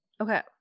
okay